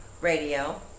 radio